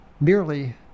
merely